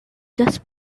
just